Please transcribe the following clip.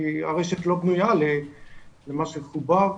כי הרשת לא בנויה שלמה שחובר,